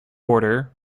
order